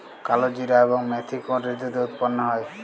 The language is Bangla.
কালোজিরা এবং মেথি কোন ঋতুতে উৎপন্ন হয়?